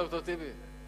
ד"ר טיבי?